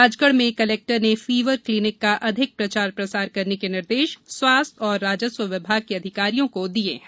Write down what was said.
राजगढ़ में कलेक्टर ने fever clinic का अधिक प्रचार प्रसार करने के निर्देश स्वास्थ्य एवं राजस्व विभाग के अधिकारियों को दिये हैं